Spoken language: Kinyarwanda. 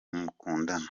mukundana